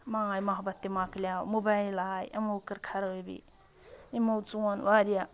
ماے محبت تہِ مۄکلیو موبایل آے یِمو کٔر خرٲبی یِمو ژون واریاہ